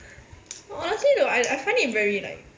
honestly though I I find it very like